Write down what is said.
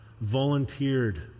volunteered